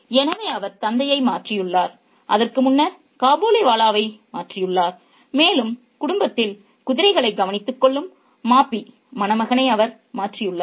எனவே அவர் தந்தையை மாற்றியுள்ளார் அதற்கு முன்னர் காபூலிவாலாவை மாற்றியுள்ளார் மேலும் குடும்பத்தில் குதிரைகளை கவனித்துக்கொள்ளும் மாப்பி மணமகனை அவர் மாற்றியுள்ளார்